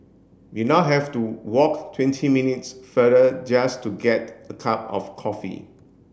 we now have to walk twenty minutes farther just to get a cup of coffee